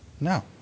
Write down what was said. no